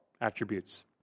attributes